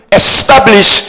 establish